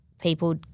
People